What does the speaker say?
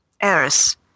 Eris